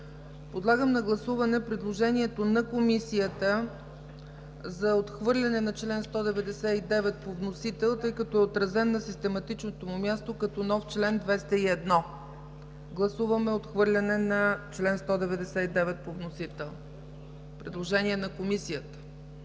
Подлагам на гласуване предложението на Комисията за отхвърляне на чл. 199 по вносител, тъй като е отразен систематичното му място като нов чл. 201. Гласуваме отхвърляне на чл. 199 по вносител. Предложение на Комисията!